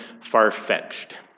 far-fetched